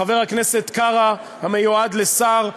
חבר הכנסת קרא המיועד לשר,